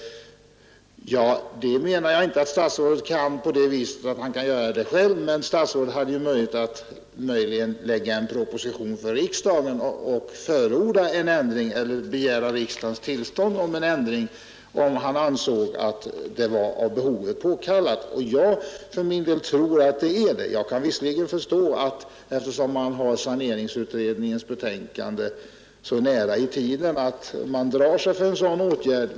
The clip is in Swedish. Jag menar inte att statsrådet skall göra det, men statsrådet hade ju haft möjlighet att lägga fram en proposition och begära riksdagens tillstånd till en ändring, om han ansåg att det var av behovet påkallat. Jag för min del tror att det är det. Jag kan visserligen förstå, att man, eftersom man har saneringsutredningens betänkande så nära i tiden, drar sig för en sådan åtgärd.